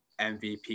MVP